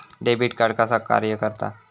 Debit card कसा कार्य करता?